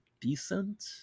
decent